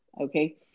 okay